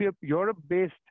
Europe-based